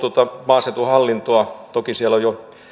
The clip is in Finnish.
maaseutuhallintoa toki siellä oli jo